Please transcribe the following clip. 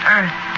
Earth